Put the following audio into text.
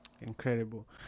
Incredible